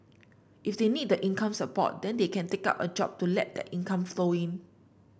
if they need the income support then they can take up a job to let that income flow in